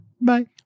Bye